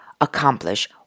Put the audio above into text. accomplish